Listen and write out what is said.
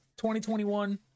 2021